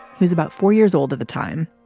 he was about four years old at the time.